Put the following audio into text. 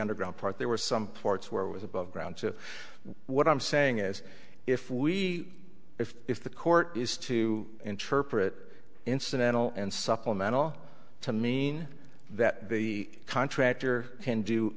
underground part there were some ports where it was above ground so what i'm saying is if we if if the court is to interpret incidental and supplemental to mean that the contractor